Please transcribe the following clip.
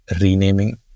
renaming